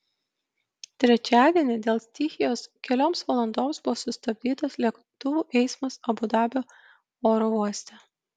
trečiadienį dėl stichijos kelioms valandoms buvo sustabdytas lėktuvų eismas abu dabio oro uoste